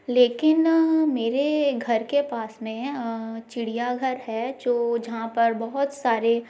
लेकिन मेरे घर के पास में चिड़ियाघर है जो जहाँ पर बहुत सारे